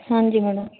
ਹਾਂਜੀ ਮੈਡਮ